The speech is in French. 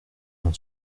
m’en